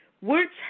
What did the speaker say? Words